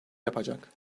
yapacak